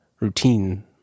routine